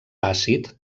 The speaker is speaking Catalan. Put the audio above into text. tàcit